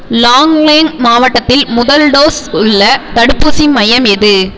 லாங்லேங் மாவட்டத்தில் முதல் டோஸ் உள்ள தடுப்பூசி மையம் எது